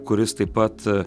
kuris taip pat